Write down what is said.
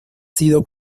sido